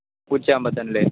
ഉച്ചയാകുമ്പത്തേനും അല്ലേ